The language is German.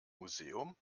museum